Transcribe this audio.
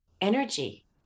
energy